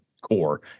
core